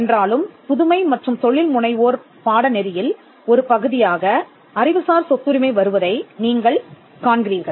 என்றாலும் புதுமை மற்றும் தொழில் முனைவோர் பாடநெறியில் ஒரு பகுதியாக அறிவுசார் சொத்துரிமை வருவதை நீங்கள் காண்கிறீர்கள்